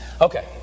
Okay